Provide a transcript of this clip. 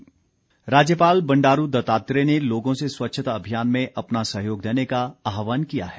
राज्यपाल राज्यपाल बंडारू दत्तात्रेय ने लोगों से स्वच्छता अभियान में अपना सहयोग देने का आहवान किया है